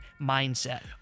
mindset